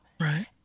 Right